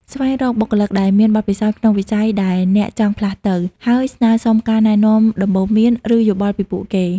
ស្វែងរកបុគ្គលដែលមានបទពិសោធន៍ក្នុងវិស័យដែលអ្នកចង់ផ្លាស់ទៅ ហើយស្នើសុំការណែនាំ ដំបូន្មាន ឬយោបល់ពីពួកគេ។